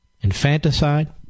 Infanticide